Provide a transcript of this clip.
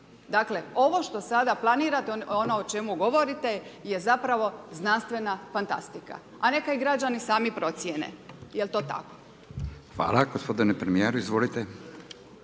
dakle ovo što sada planirate ono o čemu govorite je zapravo znanstvena fantastika. A neka i građani sami procijene, jel to tako. **Radin, Furio